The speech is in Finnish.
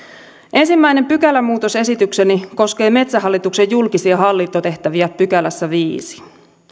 ensimmäinen pykälämuutosesitykseni koskee metsähallituksen julkisia hallintotehtäviä viidennessä pykälässä